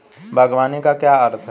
बागवानी का क्या अर्थ है?